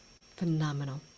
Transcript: Phenomenal